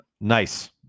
Nice